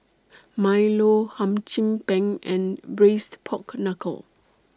Milo Hum Chim Peng and Braised Pork Knuckle